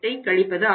8 ஆகும்